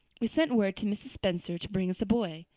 we sent word to mrs. spencer to bring us a boy.